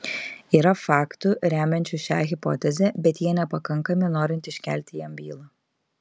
yra faktų remiančių šią hipotezę bet jie nepakankami norint iškelti jam bylą